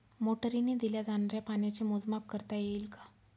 मोटरीने दिल्या जाणाऱ्या पाण्याचे मोजमाप करता येईल का?